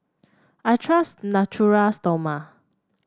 I trust Natura Stoma